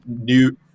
new